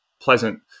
pleasant